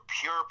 pure